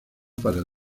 para